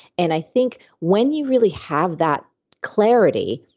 and i think when you really have that clarity,